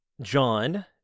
John